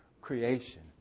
creation